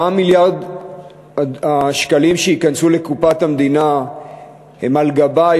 4 מיליארד השקלים שייכנסו לקופת המדינה הם על גבה,